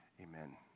amen